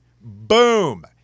Boom